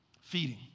feeding